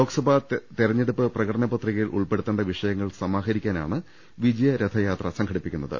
ലോക്സഭാ തെരഞ്ഞെടുപ്പ് പ്രകടന പത്രികയിൽ ഉൾപ്പെടു ത്തേണ്ട വിഷയങ്ങൾ സമാഹരിക്കാനാണ് വിജയരഥയാത്ര സംഘടിപ്പിക്കു ന്നത്